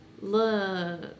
Look